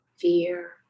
fear